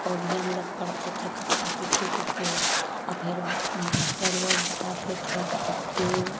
वो भी हम लोग पढ़ते थे कक्का किक्की कुक्कू और फिर मास्टर लोग बताते थे कि